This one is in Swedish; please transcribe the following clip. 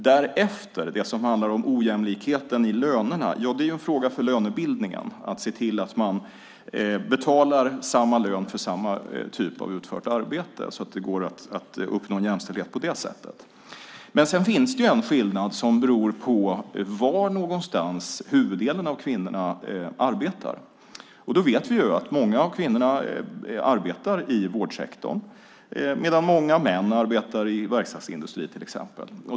Därefter, när det handlar om ojämlikheten i lönerna, är det en fråga för lönebildningen att se till att man betalar samma lön för samma typ av utfört arbete, så att det går att uppnå jämställdhet på det sättet. Men sedan finns det en skillnad som beror på var någonstans huvuddelen av kvinnorna arbetar. Vi vet att många av kvinnorna arbetar i vårdsektorn, medan många män arbetar i till exempel verkstadsindustrin.